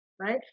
right